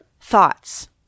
thoughts